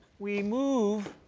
we move